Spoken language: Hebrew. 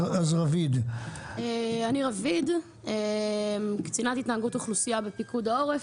אני קצינת התנהגות אוכלוסייה בפיקוד העורף,